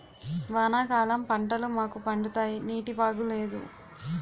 వానాకాలం పంటలు మాకు పండుతాయి నీటివాగు లేదు